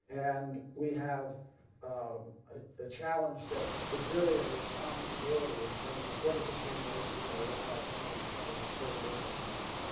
and, we have um a challenge that is really a responsibility in terms of what is this university going to look like ten twenty thirty years from now,